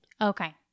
Okay